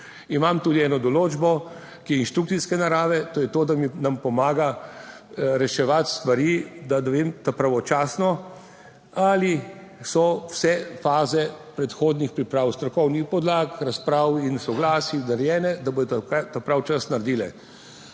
Imam tudi eno določbo, ki je inštrukcijske narave, to je to, da nam pomaga reševati stvari, da dobim pravočasno ali so vse faze predhodnih priprav, strokovnih podlag, razprav in soglasij narejene, da bodo ta pravi čas naredile.